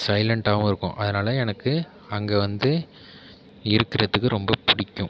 சைலன்ட்டாகவும் இருக்கும் அதனால் எனக்கு அங்கே வந்து இருக்குறதுக்கு ரொம்ப பிடிக்கும்